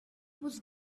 was